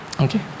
Okay